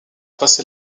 passé